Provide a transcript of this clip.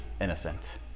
innocent